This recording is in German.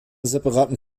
separaten